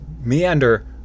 meander